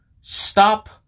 Stop